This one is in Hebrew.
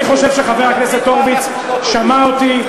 אני חושב שחבר הכנסת הורוביץ שמע אותי,